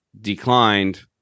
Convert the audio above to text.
declined